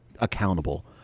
accountable